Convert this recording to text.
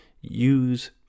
use